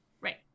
right